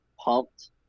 pumped